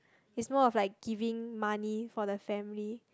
is more of like giving money for the family